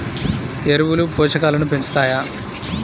ఎరువులు పోషకాలను పెంచుతాయా?